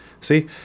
See